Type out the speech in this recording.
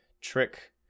trick